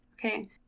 okay